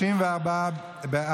הצבעה, בבקשה.